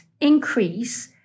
increase